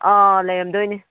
ꯂꯩꯔꯝꯗꯣꯏꯅꯦ